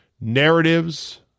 Narratives